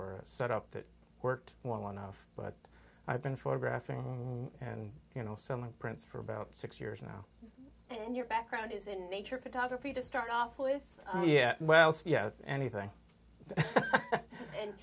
or set up that worked well enough but i've been photographing and you know some prints for about six years now and your background is in nature photography to start off with yeah well yeah anything